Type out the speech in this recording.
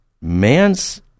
man's